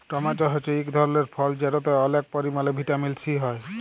tomato হছে ইক ধরলের ফল যেটতে অলেক পরিমালে ভিটামিল সি হ্যয়